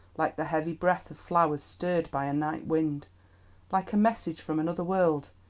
like the heavy breath of flowers stirred by a night wind like a message from another world.